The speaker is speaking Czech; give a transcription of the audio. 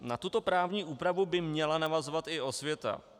Na tuto právní úpravu by měla navazovat i osvěta.